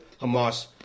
Hamas